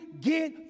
get